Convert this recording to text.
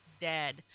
dead